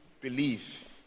believe